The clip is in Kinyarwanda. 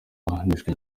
ahanishwa